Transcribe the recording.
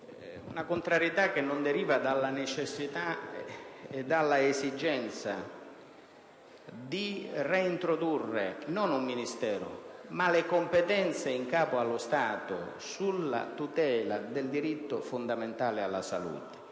una contrarietà che non deriva dall'esigenza di reintrodurre, non un Ministero, ma le competenze in capo allo Stato sulla tutela del diritto fondamentale alla salute.